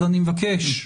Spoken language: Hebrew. אני מבקש,